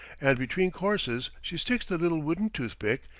and between courses she sticks the little wooden toothpick,